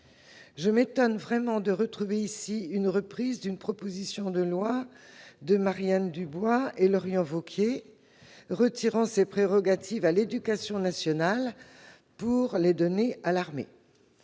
Je m'étonne de retrouver ici une mesure reprise d'une proposition de loi de Marianne Dubois et Laurent Wauquiez tendant à retirer ses prérogatives à l'éducation nationale pour les donner à l'armée.